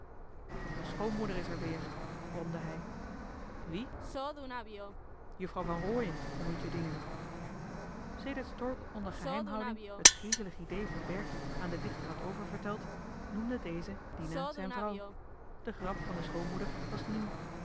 me schoonmoeder is er weer bromde hij wie juffrouw van rooien om u te dienen sedert stork onder geheimhouding het griezelig idee van berkie aan den dichter had oververteld noemde deze dina zijn vrouw de grap van de schoonmoeder was nieuw